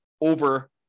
over